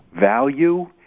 value